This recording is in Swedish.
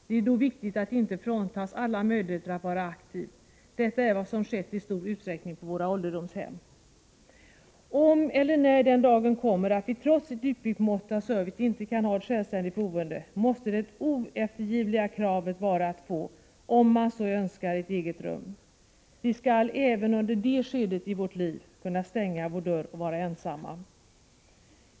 Det är då viktigt att inte fråntas alla möjligheter att vara aktiv. Detta är vad som skett i stor utsträckning på våra ålderdomshem. Om eller när den dagen kommer att vi trots ett utbyggt mått av service inte kan ha ett självständigt boende, måste det oeftergivliga kravet vara att få, om man så önskar, ett eget rum. Vi skall även under det skedet av vårt liv kunna stänga vår dörr och vara ensamma.